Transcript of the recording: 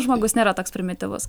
žmogus nėra toks primityvus